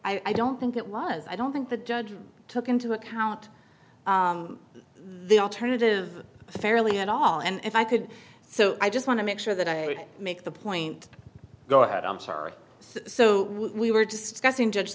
don't think it was i don't think the judge took into account the alternative fairly at all and if i could so i just want to make sure that i make the point go ahead i'm sorry so we were discussing judge